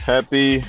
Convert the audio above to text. Happy